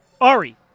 Ari